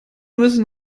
müssen